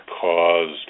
caused